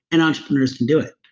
and entrepreneurs can do it.